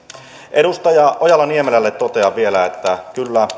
edustaja ojala niemelälle totean vielä että kyllä